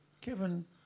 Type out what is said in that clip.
Kevin